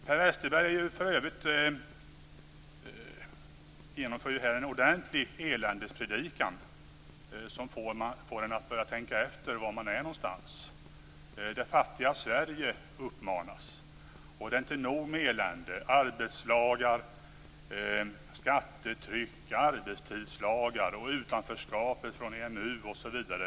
Per Westerberg har här framfört en ordentlig eländespredikan som får en att börja undra var man är någonstans. Per Westerberg talar om det fattiga Sverige, och det är inte nog med elände: arbetslagar, skattetryck, arbetstidslagar, utanförskapet när det gäller EMU osv.